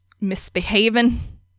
misbehaving